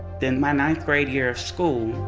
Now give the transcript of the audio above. then my ninth grade year of school,